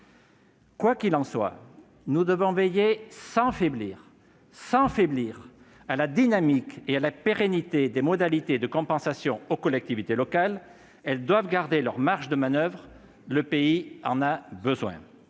Quoi qu'il en soit, nous devons veiller sans faiblir à la dynamique et à la pérennité des modalités de compensation aux collectivités locales. Ces dernières doivent garder leurs marges de manoeuvre, le pays en a besoin.